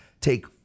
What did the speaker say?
take